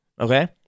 Okay